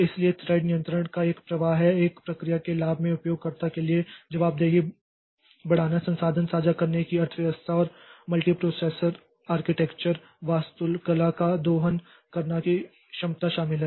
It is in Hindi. इसलिए थ्रेड नियंत्रण का एक प्रवाह है एक प्रक्रिया के लाभ में उपयोगकर्ता के लिए जवाबदेही बढ़ाना संसाधन साझा करने की अर्थव्यवस्था और मल्टीप्रोसेसर आर्किटेक्चर वास्तुकला का दोहन करने की क्षमता शामिल है